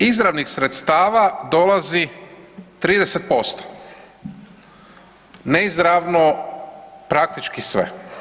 Izravnih sredstava dolazi 30%, neizravno praktički sve.